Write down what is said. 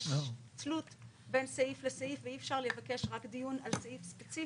יש תלות בין סעיף לסעיף ואי אפשר לבקש רק דיון על סעיף ספציפי.